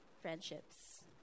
friendships